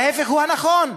וההפך הוא הנכון: